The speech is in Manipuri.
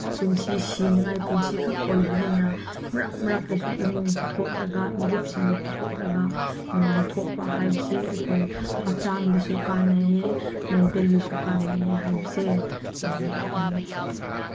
ꯄꯨꯟꯁꯤ ꯁꯤꯅꯉꯥꯏ ꯄꯨꯟꯁꯤ ꯈꯛ ꯑꯣꯏꯕꯅꯤꯅ ꯃꯔꯛ ꯃꯔꯛꯇꯁꯨ ꯏꯃꯨꯡ ꯄꯨꯊꯣꯛꯂꯒ ꯃꯔꯨꯞꯁꯤꯡꯒ ꯄꯨꯊꯣꯛꯂꯒ ꯅꯨꯡꯉꯥꯏꯊꯣꯛꯄ ꯍꯥꯏꯕꯁꯦ ꯑꯩꯈꯣꯏ ꯍꯛꯆꯥꯡꯗꯁꯨ ꯀꯥꯅꯩꯌꯦ ꯃꯦꯟꯇꯦꯜꯂꯤꯁꯨ ꯀꯥꯅꯩꯌꯦ ꯍꯥꯏꯕꯁꯦ ꯃꯌꯥꯝꯗ ꯍꯥꯏꯅꯤꯡꯉꯤ